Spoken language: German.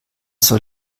soll